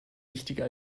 wichtiger